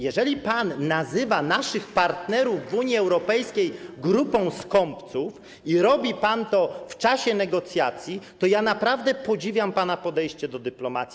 Jeżeli pan nazywa naszych partnerów w Unii Europejskiej grupą skąpców i robi pan to w czasie negocjacji, to ja naprawdę podziwiam pana podejście do dyplomacji.